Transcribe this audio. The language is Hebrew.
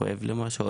כואב לי משהו,